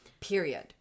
period